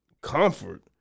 comfort